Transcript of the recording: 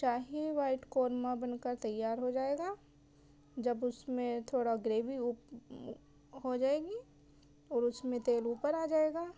شاہی white korma بن کر تیار ہو جائے گا جب اس میں تھورا گریبی ہو جائے گی اور اس میں تیل اوپر آ جائے گا